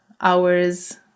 hours